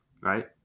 Right